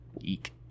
eek